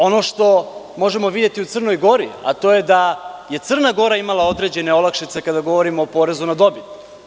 Ono što možemo videti u Crnoj Gori, a to je da je Crna Gora imala određene olakšice kada govorimo o porezu na dobit.